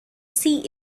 see